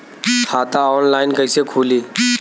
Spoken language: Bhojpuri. खाता ऑनलाइन कइसे खुली?